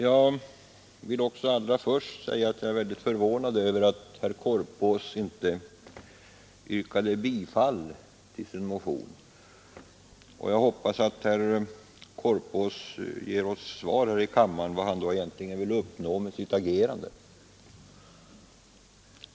Men innan jag gör det vill jag uttrycka min förvåning över att herr Korpås inte yrkade bifall till sin motion. Jag hoppas att herr Korpås här i kammaren vill ge oss ett svar på frågan vad han då egentligen vill uppnå med sitt agerande.